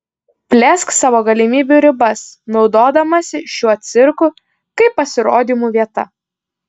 plėsk savo galimybių ribas naudodamasi šiuo cirku kaip pasirodymų vieta